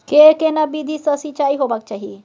के केना विधी सॅ सिंचाई होबाक चाही?